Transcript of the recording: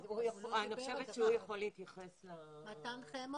נשמע את מתן חמו